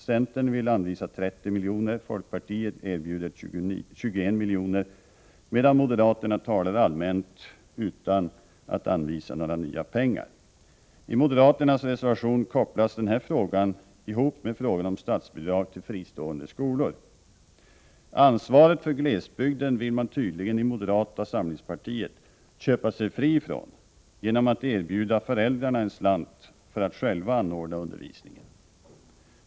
Centern vill anvisa 30 miljoner, folkpartiet erbjuder 21 miljoner, medan moderaterna talar allmänt utan att anvisa några nya pengar. I moderaternas reservation kopplas den här frågan ihop med frågan om statsbidrag till fristående skolor. Ansvaret för glesbygden vill man tydligen i moderata samlingspartiet köpa sig fri från genom att erbjuda föräldrarna en slant för att själva ordna undervisningen.